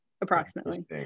approximately